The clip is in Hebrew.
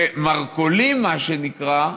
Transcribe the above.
ומרכולים, מה שנקרא,